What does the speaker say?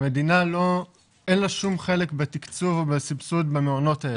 למדינה אין שום חלק בתקצוב ובסבסוד במעונות האלה.